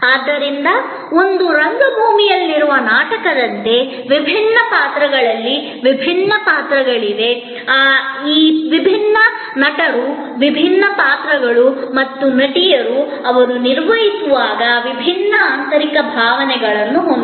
ಆದ್ದರಿಂದ ಒಂದು ರಂಗಭೂಮಿಯಲ್ಲಿನ ನಾಟಕದಂತೆ ವಿಭಿನ್ನ ಪಾತ್ರಗಳಲ್ಲಿ ವಿಭಿನ್ನ ಪಾತ್ರಗಳಿವೆ ಈಗ ಆ ಪಾತ್ರಗಳು ಆ ನಟರು ಮತ್ತು ನಟಿಯರು ಅವರು ನಿರ್ವಹಿಸುವಾಗ ವಿಭಿನ್ನ ಆಂತರಿಕ ಭಾವನೆಗಳನ್ನು ಹೊಂದಿರಬಹುದು